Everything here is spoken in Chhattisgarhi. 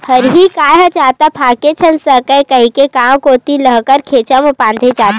हरही गाय ह जादा भागे झन सकय कहिके गाँव कोती लांहगर घेंच म बांधे जाथे